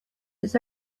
its